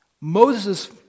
Moses